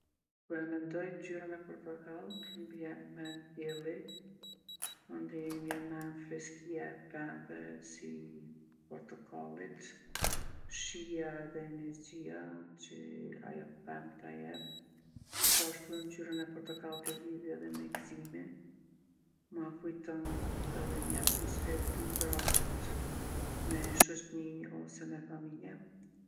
Kur e mendoj ngjyrën e portokalltë, m'bjen n'mend dielli, mandej m'bjen n'mend freskia e pemve si portokallit, shija edhe energjia që ajo pemë ta jep. Poashtu ngjyrën e protokalltë e lidhi edhe me gzimin. Ma kujton edhe ni atmosferë t'ngroftë me shoqni ose me familje.